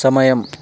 సమయం